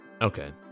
okay